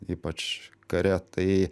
ypač kare tai